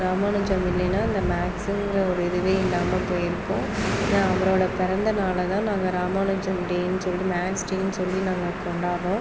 ராமானுஜம் இல்லையினா இந்த மேக்ஸ்ங்கிற ஒரு இதுவே இல்லாமல் பேயிருக்கும் அவரோட பிறந்தநாளை தான் நாங்கள் ராமானுஜம் டேனு சொல்லிட்டு மேக்ஸ் டேனு சொல்லி நாங்கள் கொண்டாடுறோம்